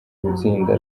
gutsinda